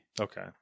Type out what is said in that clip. Okay